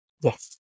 Yes